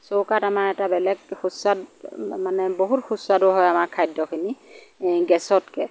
চৌকাত আমাৰ এটা বেলেগ সুস্বাদ মানে বহুত সুস্বাদু হয় আমাৰ খাদ্যখিনি গেছতকৈ